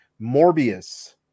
Morbius